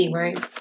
right